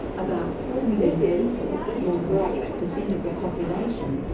about four million people, more than six percent of the population,